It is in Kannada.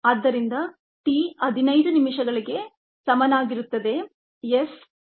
ಆದ್ದರಿಂದ t 15 ನಿಮಿಷಗಳಿಗೆ ಸಮನಾಗಿರುತ್ತದೆ s 16